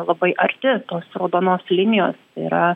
labai arti tos raudonos linijos yra